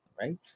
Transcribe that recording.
right